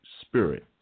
spirit